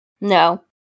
No